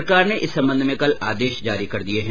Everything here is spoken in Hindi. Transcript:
सरकार ने इस संबंध में कल आदेश जारी कर दिए हैं